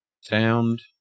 sound